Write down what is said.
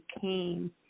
came